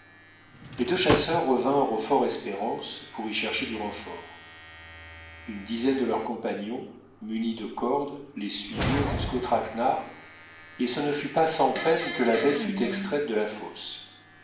les deux chasseurs revinrent au fortespérance pour y chercher du renfort une dizaine de leurs compagnons munis de cordes les suivirent jusqu'au traquenard et ce ne fut pas sans peine que la bête fut extraite de la fosse